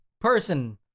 person